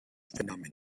phenomenon